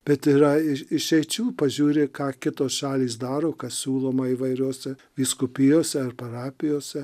bet yra ir išeičių pažiūri ką kitos šalys daro kas siūloma įvairiose vyskupijose ar parapijose